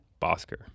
Bosker